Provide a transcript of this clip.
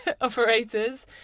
operators